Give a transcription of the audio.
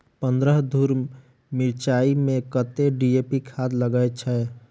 पन्द्रह धूर मिर्चाई मे कत्ते डी.ए.पी खाद लगय छै?